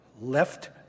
left